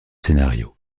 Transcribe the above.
scénarios